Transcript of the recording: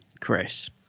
chris